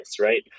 right